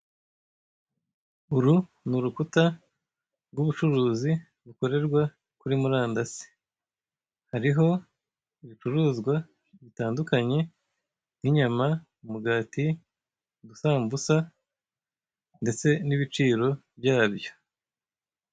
Uru ni urukuta rw'ubucuruzi bukorerwa kuri murandasi. Hariho ibicuruzwa bitandukanye nk'inyama, umugati, udusambusa ndetse n'ibiciro byabyo.